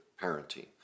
parenting